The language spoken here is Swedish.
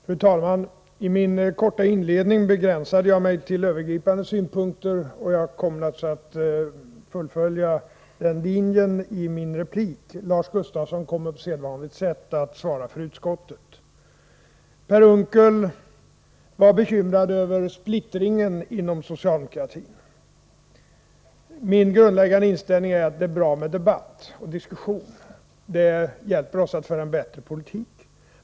Fru talman! I min korta inledning begränsade jag mig till övergripande synpunkter. Jag kommer naturligtvis att fullfölja den linjen i min replik. Lars Gustafsson kommer på sedvanligt sätt att svara för utskottet. Per Unckel var bekymrad över splittringen inom socialdemokratin. Min grundläggande inställning är att det är bra med debatt och diskussion; det hjälper oss att föra en bättre politik.